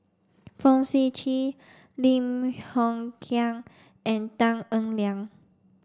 Fong Sip Chee Lim Hng Kiang and Tan Eng Liang